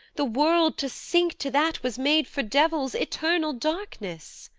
the world, to sink to that was made for devils, eternal darkness!